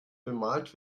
bemalt